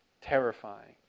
terrifying